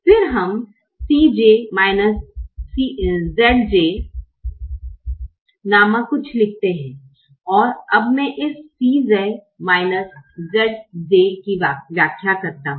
फिर हम Cj minus Zj नामक कुछ लिखते हैं और अब मे इस Cj माइनस Zj की व्याख्या करता हु